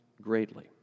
greatly